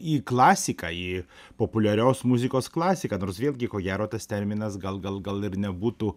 į klasiką į populiarios muzikos klasiką nors vėlgi ko gero tas terminas gal gal gal ir nebūtų